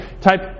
type